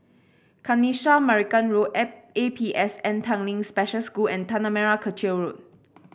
Kanisha Marican Road A A P S N Tanglin Special School and Tanah Merah Kechil Road